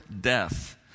death